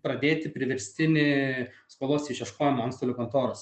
pradėti priverstinį skolos išieškojimą antstolių kontoros